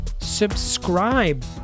subscribe